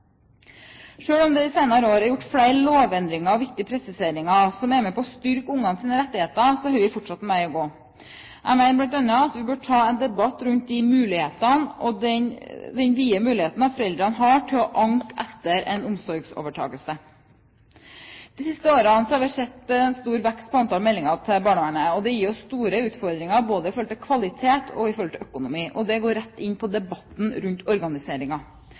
om det i senere år er gjort flere lovendringer og viktige presiseringer som er med på å styrke ungenes rettigheter, har vi fortsatt en vei å gå. Jeg mener bl.a. at vi bør ta en debatt om den vide muligheten foreldrene har til å anke etter en omsorgsovertakelse. De siste årene har vi sett en stor vekst i antall meldinger til barnevernet. Det gir store utfordringer med hensyn til både kvalitet og økonomi, og det går rett inn på debatten rundt